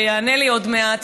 שיענה לי עוד מעט,